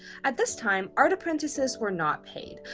at this time, art apprentices were not paid,